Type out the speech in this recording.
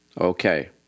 Okay